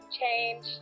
change